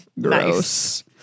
Gross